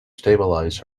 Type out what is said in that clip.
stabilize